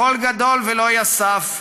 קול גדול ולא יסף,